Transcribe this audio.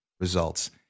results